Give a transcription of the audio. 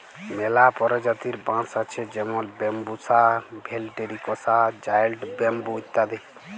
ম্যালা পরজাতির বাঁশ আছে যেমল ব্যাম্বুসা ভেলটিরিকসা, জায়েল্ট ব্যাম্বু ইত্যাদি